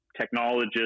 Technologists